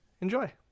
enjoy